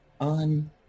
on